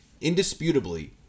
Indisputably